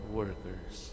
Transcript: workers